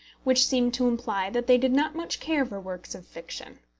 which seemed to imply that they did not much care for works of fiction.